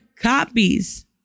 copies